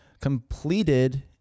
completed